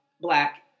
black